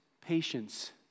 patience